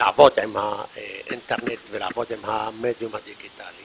לעבוד עם האינטרנט ולעבוד עם המדיום הדיגיטלי